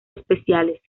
especiales